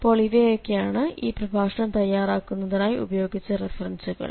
അപ്പോൾ ഇവയൊക്കെയാണ് ഈ പ്രഭാഷണം തയ്യാറാക്കുന്നതിനായി ഉപയോഗിച്ച് റഫറൻസുകൾ